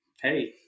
hey